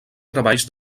treballs